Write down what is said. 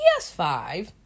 PS5